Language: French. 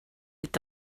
est